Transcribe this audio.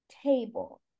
table